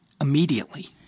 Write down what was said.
immediately